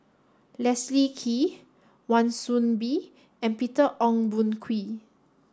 Leslie Kee Wan Soon Bee and Peter Ong Boon Kwee